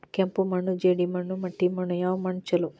ಕೆಂಪು ಮಣ್ಣು, ಜೇಡಿ ಮಣ್ಣು, ಮಟ್ಟಿ ಮಣ್ಣ ಯಾವ ಮಣ್ಣ ಛಲೋ?